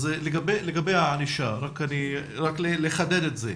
לגבי הענישה, רק לחדד את זה.